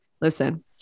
listen